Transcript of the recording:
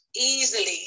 easily